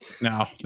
No